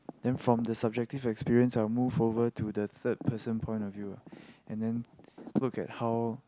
then from the subjective experience I will move over to the third person point of view and then look at how